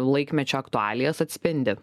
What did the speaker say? laikmečio aktualijas atspindi